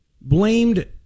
blamed